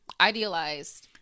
idealized